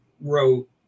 wrote